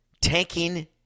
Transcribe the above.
Tanking